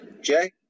Jay